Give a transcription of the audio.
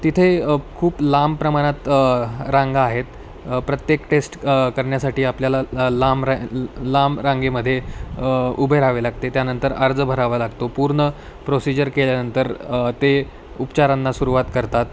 तिथे खूप लांब प्रमाणात रांगा आहेत प्रत्येक टेस्ट करण्यासाठी आपल्याला लांब रे लांब रांगेमध्ये उभे राहावे लागते त्यानंतर अर्ज भरावा लागतो पूर्ण प्रोसिजर केल्यानंतर ते उपचारांना सुरुवात करतात